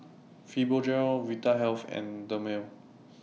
Fibogel Vitahealth and Dermale